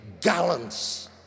gallons